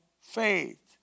faith